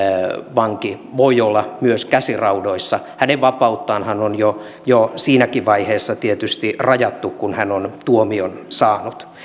vanki voi olla myös käsiraudoissa hänen vapauttaanhan on jo jo siinäkin vaiheessa tietysti rajattu kun hän on tuomion saanut